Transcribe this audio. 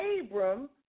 Abram